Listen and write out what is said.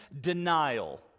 denial